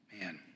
Man